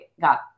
got